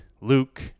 Luke